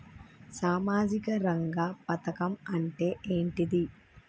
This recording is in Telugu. సామాజిక రంగ పథకం అంటే ఏంటిది?